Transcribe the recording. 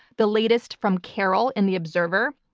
the latest from carole in the observer,